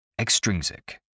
Extrinsic